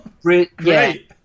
great